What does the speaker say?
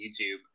YouTube